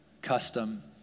Custom